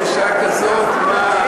בשעה כזאת, מה?